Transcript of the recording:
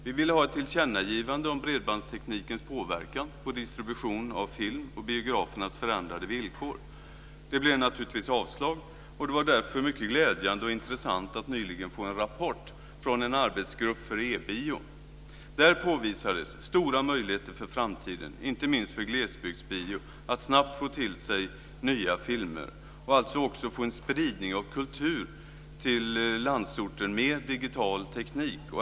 Vi ville ha ett tillkännagivande om bredbandsteknikens påverkan på distribution av film och biografernas förändrade villkor. Det blev naturligtvis avslag. Det var därför mycket glädjande och intressant att nyligen få en rapport från en arbetsgrupp för e-bio. Där påvisades stora möjligheter för framtiden inte minst för glesbygdsbio att snabbt få till sig nya filmer och att alltså också få en spridning av kultur till landsorten med digital teknik.